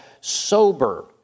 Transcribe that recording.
sober